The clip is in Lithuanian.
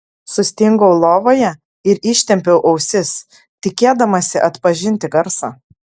sustingau lovoje ir ištempiau ausis tikėdamasi atpažinti garsą